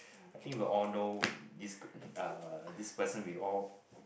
I think we all know this uh this person we all